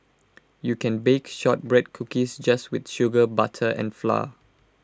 you can bake Shortbread Cookies just with sugar butter and flour